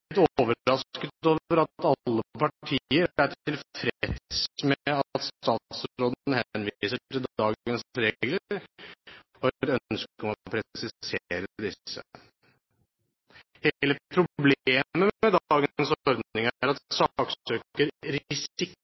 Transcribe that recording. alle partier er tilfreds med at statsråden henviser til dagens regler og har et ønske om å presisere disse. Hele problemet med dagens ordning er at